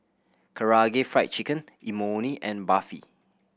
Karaage Fried Chicken Imoni and Barfi